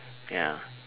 ya